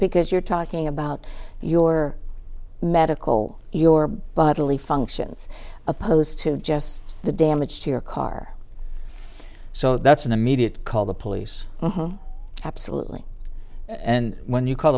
because you're talking about your medical your bodily functions opposed to just the damage to your car so that's an immediate call the police absolutely and when you call